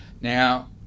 Now